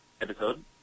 episode